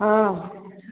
ହଁ